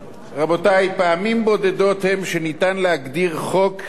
פעמים בודדות הן שניתן להגדיר חוק כהיסטורי.